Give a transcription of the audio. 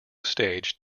stage